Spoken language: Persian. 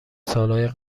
سالهای